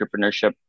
entrepreneurship